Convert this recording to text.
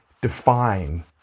define